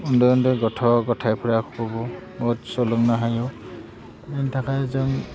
उन्दै उन्दै गथ' गथायफ्राखौबो बहुद सोलोंनो हायो बेनि थाखाय जों